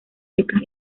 secas